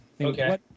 okay